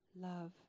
love